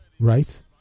Right